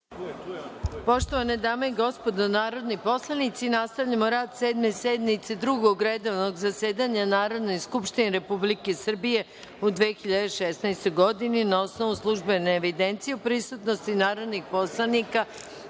Poštovane dame i gospodo narodni poslanici, nastavljamo rad Sedme sednice Drugog redovnog zasedanja Narodne skupštine Republike Srbije u 2016. godini. Na osnovu službene evidencije o prisutnosti narodnih poslanika,